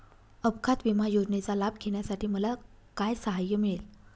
अपघात विमा योजनेचा लाभ घेण्यासाठी मला काय सहाय्य मिळेल?